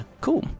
cool